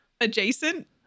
adjacent